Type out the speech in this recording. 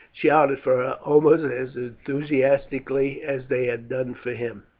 shouted for her almost as enthusiastically as they had done for him.